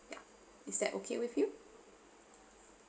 ya is that okay with you